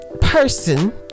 Person